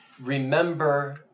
remember